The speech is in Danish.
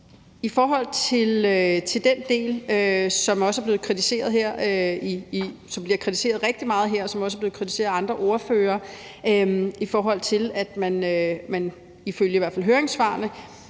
I forhold til den del, som også er blevet kritiseret rigtig meget her, og som også er blevet kritiseret af andre ordførere, i forhold til at man i hvert fald ifølge høringssvarene